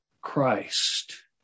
Christ